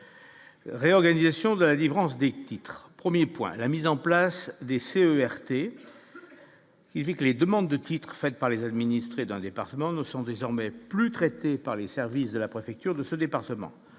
réorganisation de la vie France des titres 1er point la mise en place, DC ERT que les demandes de titres faites par les administrés dans le département ne sont désormais plus traités par les services de la préfecture de ce département,